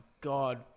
god